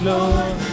Lord